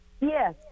yes